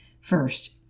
First